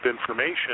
information